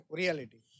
reality